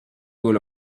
goal